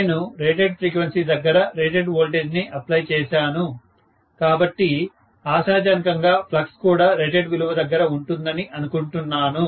నేను rated frequency దగ్గర rated voltage ని అప్లై చేశాను కాబట్టి ఆశాజనకంగా ఫ్లక్స్ కూడా రేటెడ్ విలువ దగ్గర ఉంటుంది అనుకుంటున్నాను